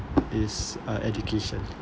is uh education